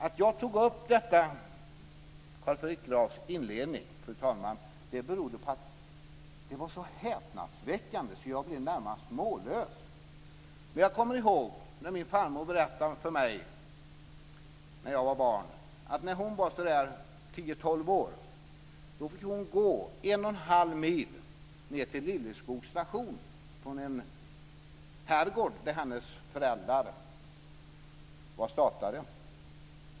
Att jag tog upp detta med anledning av Grafs inledning, fru talman, beror på att det var så häpnadsväckande att jag blev närmast mållös. Min farmor berättade för mig att när hon var tio-tolv år fick hon gå en och en halv mil ned till Lilleskogs station från en herrgård där hennes föräldrar var statare.